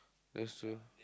that's true